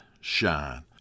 shine